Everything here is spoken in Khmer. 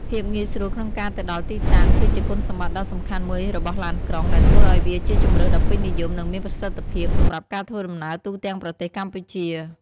ភាពងាយស្រួលក្នុងការទៅដល់ទីតាំង គឺជាគុណសម្បត្តិដ៏សំខាន់មួយរបស់ឡានក្រុង ដែលធ្វើឱ្យវាជាជម្រើសដ៏ពេញនិយម និងមានប្រសិទ្ធភាពសម្រាប់ការធ្វើដំណើរទូទាំងប្រទេសកម្ពុជា។